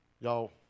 Y'all